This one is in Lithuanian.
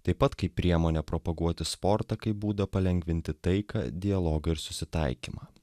taip pat kaip priemonė propaguoti sportą kaip būdą palengvinti taiką dialogą ir susitaikymą